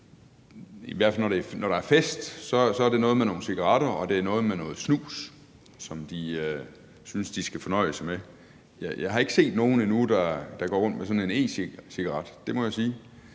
i hvert fald er fest, er det noget med nogle cigaretter, og det er noget med noget snus, som de synes de skal fornøje sig med, og jeg har endnu ikke set nogen, der går rundt med sådan en e-cigaret, det må jeg sige.